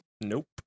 Nope